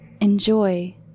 Enjoy